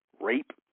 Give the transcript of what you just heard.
rape